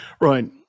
Right